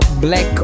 Black